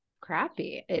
crappy